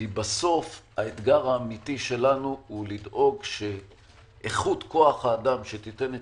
בסוף האתגר האמיתי שלנו הוא לדאוג שאיכות כוח האדם שתיתן את